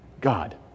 God